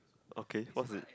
okay what's the